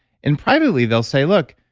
and privately, they'll say, look,